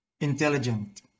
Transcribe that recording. intelligent